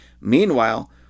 Meanwhile